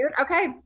Okay